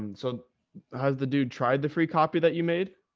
and so has the dude tried the free copy that you made.